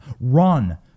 Run